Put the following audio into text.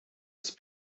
des